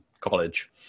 college